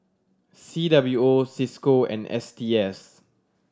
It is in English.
C W O Cisco and S T S